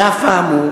על אף האמור,